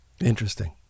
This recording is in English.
Interesting